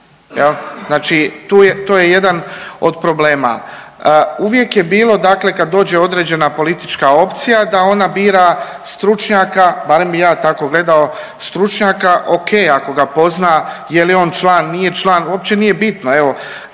Znači to je jedan od problema. Uvijek je bilo, dakle kad dođe određena politička opcija da ona bira stručnjaka, barem bih ja tako gledao stručnjaka. O.k. ako ga pozna je li on član, nije član uopće nije bitno. Evo